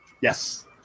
yes